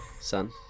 son